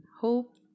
Hope